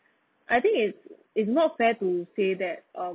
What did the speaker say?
I think it's it's not fair to say that um